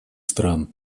стран